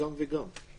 גם וגם.